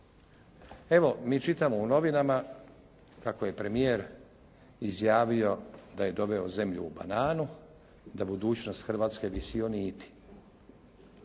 Evo mi čitamo u novinama kako je premijer izjavio da je doveo zemlju u bananu, da budućnost Hrvatske visi o niti.